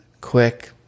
quick